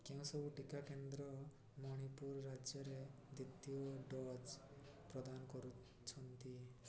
କେଉଁ ସବୁ ଟିକାକରଣ କେନ୍ଦ୍ର ମଣିପୁର ରାଜ୍ୟରେ ଦ୍ୱିତୀୟ ଡ଼ୋଜ୍ ପ୍ରଦାନ କରୁଛନ୍ତି